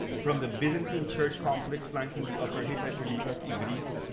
from the byzantine church complex flanking the upper hittite relief of ivriz,